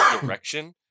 direction